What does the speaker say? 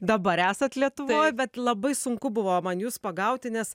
dabar esat lietuvoj bet labai sunku buvo man jus pagauti nes